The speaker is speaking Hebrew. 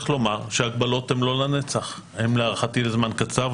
ההגבלות הן לא לנצח, להערכתי, הן לזמן קצר.